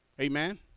Amen